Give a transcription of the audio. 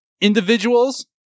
individuals